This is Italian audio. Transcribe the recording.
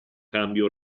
cambio